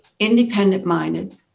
independent-minded